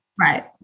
Right